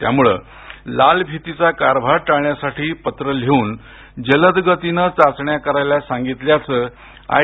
त्यामुळं लालफितीचा कारभार टाळण्यासाठी पत्र लिहून जलद गतीनं चाचण्या करायला सांगितल्याचं आय